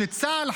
שצה"ל,